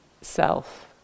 self